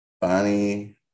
Bonnie